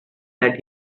that